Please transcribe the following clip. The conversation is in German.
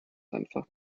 einfach